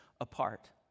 apart